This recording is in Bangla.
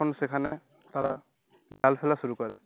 তখন সেখানে তারা জাল ফেলা শুরু করে